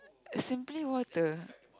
simply what the